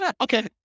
Okay